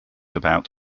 about